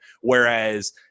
Whereas